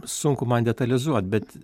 sunku man detalizuot bet